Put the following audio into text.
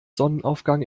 sonnenaufgang